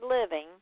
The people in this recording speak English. living